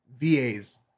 VAs